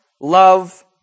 love